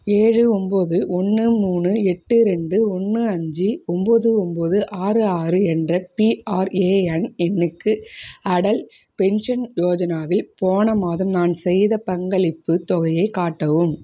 ஏழு ஒம்பது ஒன்று மூணு எட்டு ரெண்டு ஒன்று அஞ்சு ஒம்பது ஒம்பது ஆறு ஆறு என்ற பிஆர்ஏஎன் எண்ணுக்கு அடல் பென்ஷன் யோஜனாவில் போன மாதம் நான் செய்த பங்களிப்புத் தொகையைக் காட்டவும்